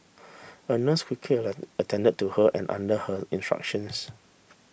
a nurse quickly attended to her and under her instructions